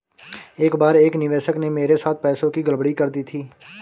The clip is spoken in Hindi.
एक बार एक निवेशक ने मेरे साथ पैसों की गड़बड़ी कर दी थी